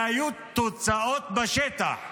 והיו תוצאות בשטח.